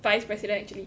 vice president actually